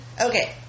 Okay